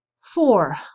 Four